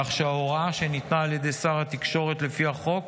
כך שההוראה שניתנת על ידי שר התקשורת לפי החוק